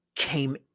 came